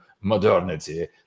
modernity